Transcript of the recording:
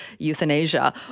Euthanasia